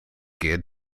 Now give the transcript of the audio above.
geared